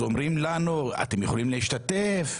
אומרים לנו שאנחנו יכולים להשתתף,